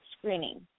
screening